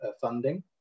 funding